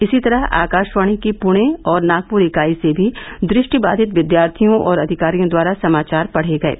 इसी तरह आकाशवाणी की पुणे और नागपुर इकाई से भी दृष्टिबाधित विद्यार्थियों और अधिकारियों द्वारा समाचार पढ़े गये